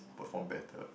perform better